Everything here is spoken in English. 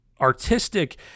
artistic